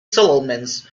settlements